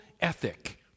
ethic